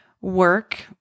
work